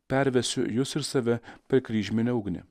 pervesiu jus ir save per kryžminę ugnį